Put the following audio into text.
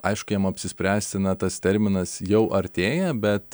aišku jam apsispręsti na tas terminas jau artėja bet